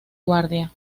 guardia